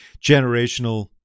generational